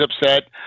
upset